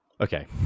okay